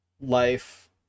life